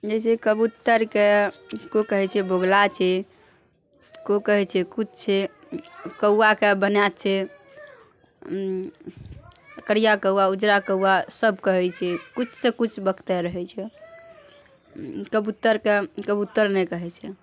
जैसे कबुत्तर के कोइ कहै छै बोगुला छै कोइ कहै छै किच्छे कौआके बनए छै उँ करिया कौआ उजरा कौआ सब कहै छै किछु सऽ किछु बकते रहै छै कबुत्तरके कबुत्तर नहि कहै छै